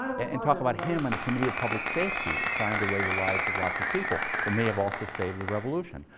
and talk about him on the committee of public safety that signed away the lives of lots of people, but may have also saved the revolution.